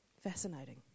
Fascinating